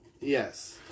Yes